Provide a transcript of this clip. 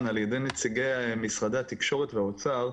על ידי נציגי משרד התקשורת ומשרד האוצר,